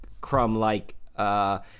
crumb-like